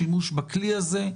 השימוש בכלי הזה.